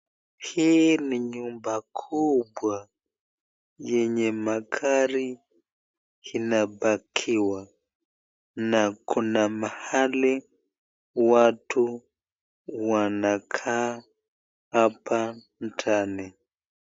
Hii ni nyumba kubwa yenye magari inapakiwa na kuna mahali watu wanakaa hapa ndani.